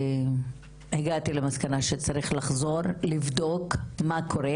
הגעתי למסקנה שצריך לחזור ולבדוק מה קורה.